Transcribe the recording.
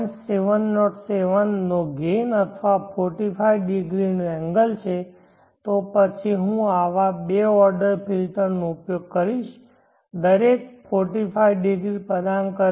707 નો ગેઇન અથવા 45 ડિગ્રી નો એંગલ છે તો પછી હું આવા બે ઓર્ડર ફિલ્ટર્સનો ઉપયોગ કરીશ દરેક 45 ડિગ્રી પ્રદાન કરે છે